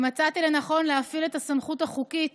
ומצאתי לנכון להפעיל את הסמכות החוקית